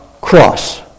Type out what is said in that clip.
cross